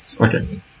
okay